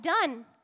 done